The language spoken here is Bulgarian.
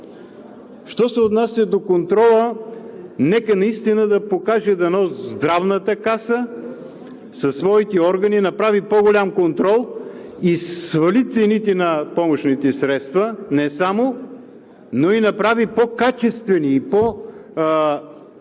Що се отнася до контрола, нека наистина да се покаже, дано Здравната каса със своите органи направи по-голям контрол и свали цените на помощните средства. И не само, но и направи по-качествени и